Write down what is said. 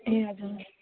ए हजुर